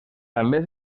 també